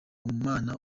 mana